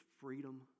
freedom